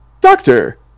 Doctor